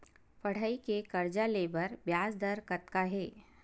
पढ़ई के कर्जा ले बर ब्याज दर कतका हे?